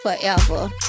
forever